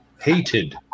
hated